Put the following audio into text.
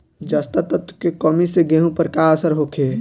जस्ता तत्व के कमी से गेंहू पर का असर होखे?